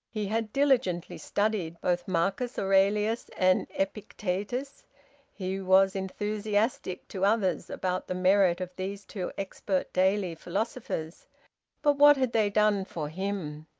he had diligently studied both marcus aurelius and epictetus he was enthusiastic, to others, about the merit of these two expert daily philosophers but what had they done for him?